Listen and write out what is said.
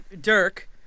Dirk